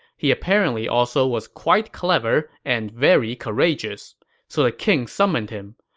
he apparently also was quite clever and very courageous so the king summoned him.